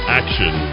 action